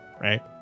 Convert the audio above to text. Right